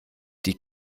die